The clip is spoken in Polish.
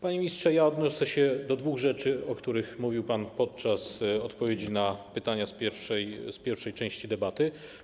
Panie ministrze, odniosę się do dwóch rzeczy, o których mówił pan podczas odpowiedzi na pytania z pierwszej części debaty.